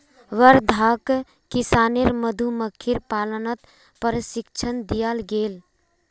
वर्धाक किसानेर मधुमक्खीर पालनत प्रशिक्षण दियाल गेल